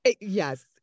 Yes